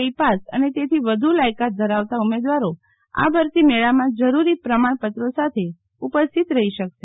આઈ pass અને તેથી વધુ લાયકાત ધરાવતા ઉમેદવારો આ ભરતી મેળામાં જરૂરી પ્રમાણપત્રો સાથે ઉપસ્થિત રહી શકશે